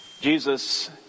Jesus